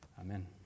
Amen